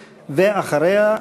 ואחריה,